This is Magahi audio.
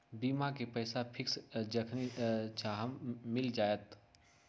बीमा के पैसा फिक्स जखनि चाहम मिल जाएत?